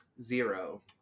zero